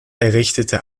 errichtete